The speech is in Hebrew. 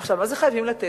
עכשיו, מה זה "חייבים לתת"?